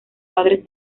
padres